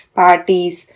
parties